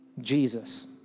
Jesus